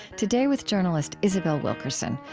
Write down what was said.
today, with journalist isabel wilkerson,